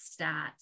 stats